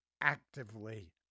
actively